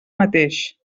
mateix